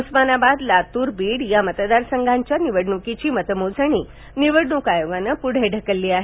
उस्मानाबाद लातूर बीड या मतदार संघाच्या निवडणुकीची मतमोजणी निवडणूक आयोगानं पुढे ढकलली आहे